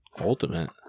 Ultimate